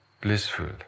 blissful